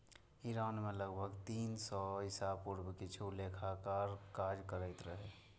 Iran मे लगभग तीन सय ईसा पूर्व किछु लेखाकार काज करैत रहै